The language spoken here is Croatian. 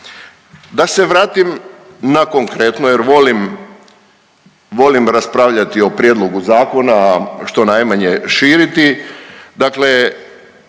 Da se vratim na konkretno jer volim raspravljati o prijedlogu zakona, a što najmanje širiti.